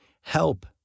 Help